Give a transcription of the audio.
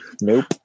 nope